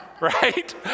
Right